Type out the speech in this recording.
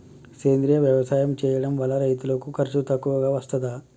సేంద్రీయ వ్యవసాయం చేయడం వల్ల రైతులకు ఖర్చు తక్కువగా వస్తదా?